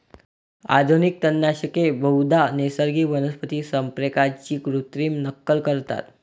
आधुनिक तणनाशके बहुधा नैसर्गिक वनस्पती संप्रेरकांची कृत्रिम नक्कल करतात